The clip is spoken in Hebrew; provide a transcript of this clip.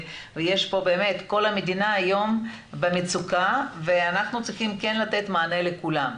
ובאמת כל המדינה היום במצוקה ואנחנו צריכים כן לתת מענה לכולם,